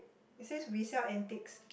he says we sell antics